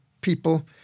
people